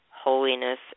holiness